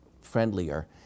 friendlier